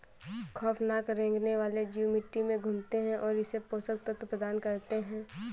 खौफनाक रेंगने वाले जीव मिट्टी में घूमते है और इसे पोषक तत्व प्रदान करते है